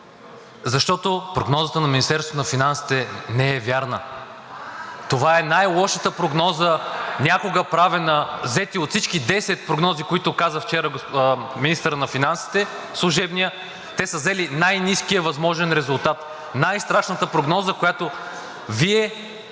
защото прогнозата на Министерството на финансите не е вярна. Това е най-лошата прогноза, правена някога – взета от всички 10 прогнози, които каза вчера служебният министър на финансите. Те са взели най-ниския възможен резултат, най-страшната прогноза, която Вие